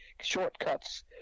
shortcuts